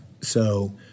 So-